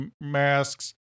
masks